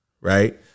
right